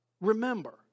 remember